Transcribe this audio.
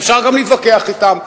ואפשר גם להתווכח אתם.